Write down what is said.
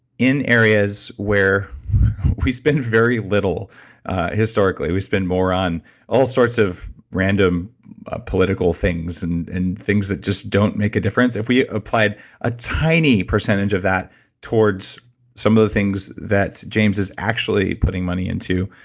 in areas where we spend very little historically. we spend more on all sorts of random political things and things that just don't make a difference. if we applied a tiny percentage of that towards some of the things that james is actually putting money into,